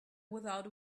without